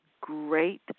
great